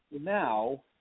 now